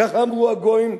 ככה אמרו הגויים.